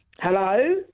Hello